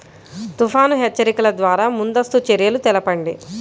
తుఫాను హెచ్చరికల ద్వార ముందస్తు చర్యలు తెలపండి?